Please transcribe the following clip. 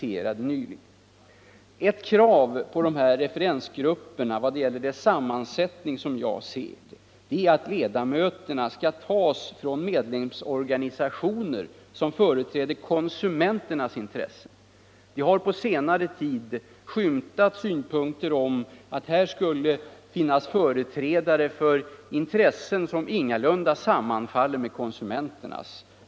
Ett krav på de här referensgrupperna i vad gäller deras sammansättning är att ledamöterna skall tas från medlemsorga nisationer, som företräder konsumenternas intressen. Vi har på senare tid skymtat synpunkter att här skulle finnas företrädare för intressen som inte sammanfaller med konsumenternas.